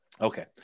Okay